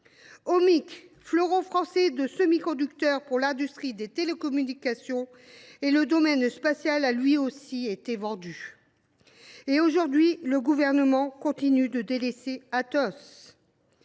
Ommic, fleuron français de semi conducteurs pour l’industrie des télécommunications et le domaine spatial, a lui aussi été vendu. De nos jours, le Gouvernement continue de délaisser Atos.